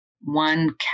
one